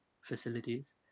facilities